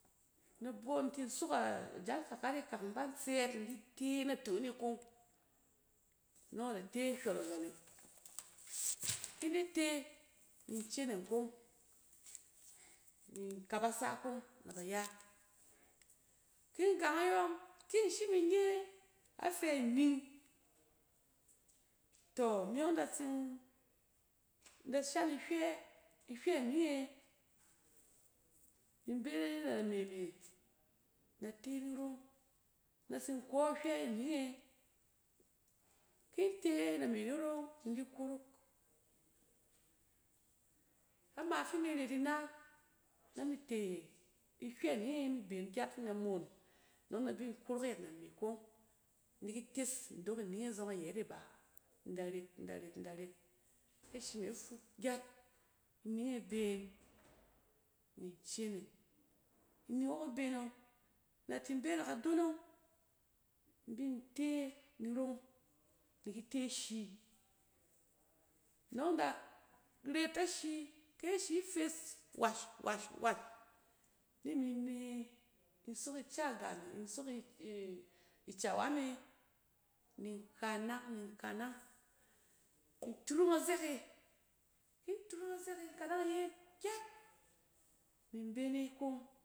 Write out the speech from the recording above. Na bↄ in tin sok a jancakar e akak in ban tsɛɛt in di te naton e kong, nↄng ad ate hywolol e. ki in di te, ni in ceneng kong ni in kabasa kong, naba ya. Kin gang ayↄng, ki in shim innye afɛ ining, tↄ imɛ da tsin, in da shan ihywɛ, ihywɛ ining e ni in be na name me in da te nirong na tsin kↄↄ ihywɛ ining e. ki in te name ni rong ni in di korok, ama fi imi ret ina na mi te-ihywɛ ining e mi been gyɛt fi in da mom, nↄng in da bin korok nayɛt name kong in di ki tes ndok ining e zↄng ayɛt e ba, in da ret, in de ret, in da ret, kɛ ashi me fuk gyat, ining e been ni inceneng, ining ↄng ibeen ↄng, in da tin be na kadonong in bin te nirↄng in di kit e ashi, nↄng in da ret ashi, kɛ ashi fes wash-wash ni mi ne ni in sok ica gam ni in sok i-icawa me ni in kanang, ni in kanang, in turung azɛk e ki in turung a zɛk e in kanang iye gyat ni in be en kong.